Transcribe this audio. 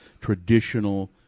traditional